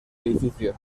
edificio